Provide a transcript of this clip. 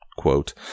quote